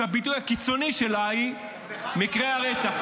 שהביטוי הקיצוני שלה הוא מקרי הרצח.